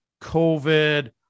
COVID